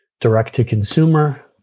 direct-to-consumer